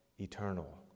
eternal